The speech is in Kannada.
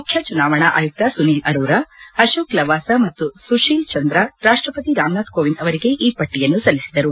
ಮುಖ್ಯ ಚುನಾವಣಾ ಆಯುಕ್ತ ಸುನೀಲ್ ಅರೋರಾ ಅಕೋಕ್ ಲವಾಸ ಮತ್ತು ಸುಶೀಲ್ ಚಂದ್ರ ರಾಷ್ಟಪತಿ ರಾಮನಾಥ್ ಕೋವಿಂದ್ ಅವರಿಗೆ ಈ ಪಟ್ಟಿಯನ್ನು ಸಲ್ಲಿಸಿದರು